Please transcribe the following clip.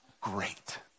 great